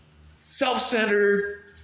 self-centered